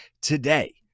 today